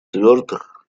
четвертых